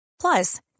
Plus